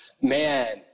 Man